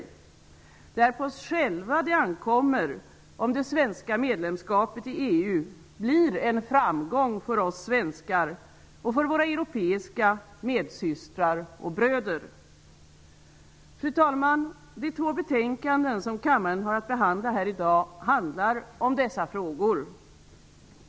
Det är på oss själva det ankommer om det svenska medlemskapet i EU blir en framgång för oss svenskar och för våra europeiska medsystrar och bröder. Fru talman! De två betänkanden som kammaren har att behandla här i dag handlar om dessa frågor.